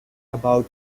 about